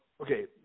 Okay